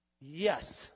Yes